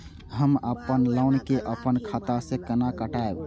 हम अपन लोन के अपन खाता से केना कटायब?